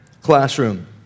classroom